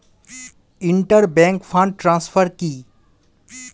Inter bank fund transfer কি?